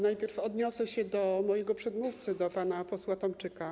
Najpierw odniosę się do mojego przedmówcy, do pana posła Tomczyka.